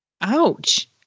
Ouch